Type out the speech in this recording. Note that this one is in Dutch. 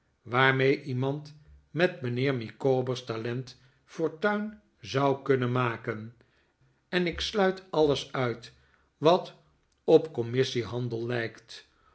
waarmee iemand met mijnheer micawber's talenten fortuin zou kunnen maken en ik sluit alles uit wat op commissiehandel lijkt